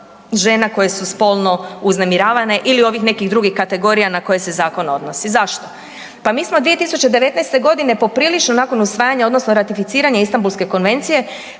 žena koje su spolno uznemiravane ili ovih nekih drugih kategorija na koje se zakon odnosi. Zašto? Pa mi smo 2019. g. poprilično, nakon usvajanja, odnosno ratificiranja Istambulske konvencije